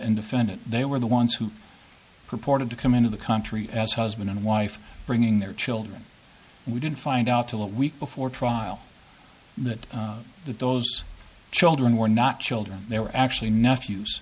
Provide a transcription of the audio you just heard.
and defendant they were the ones who purported to come into the country as husband and wife bringing their children we did find out to a week before trial that that those children were not children they were actually nephews